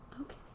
Okay